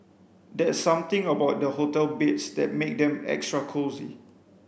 there's something about the hotel beds that make them extra cosy